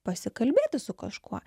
pasikalbėti su kažkuo